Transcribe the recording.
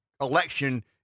election